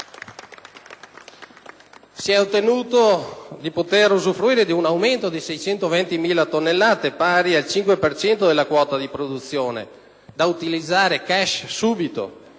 Si è ottenuto di poter usufruire di un aumento di 620.000 tonnellate, pari al 5 per cento della quota di produzione, da utilizzare *cash*, subito.